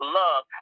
love